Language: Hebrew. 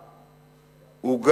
הוא,